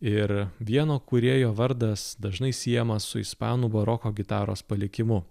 ir vieno kūrėjo vardas dažnai siejamas su ispanų baroko gitaros palikimu